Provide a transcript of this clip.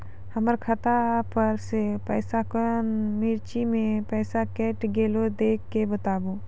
हमर खाता पर से पैसा कौन मिर्ची मे पैसा कैट गेलौ देख के बताबू?